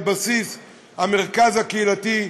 על בסיס המרכז הקהילתי,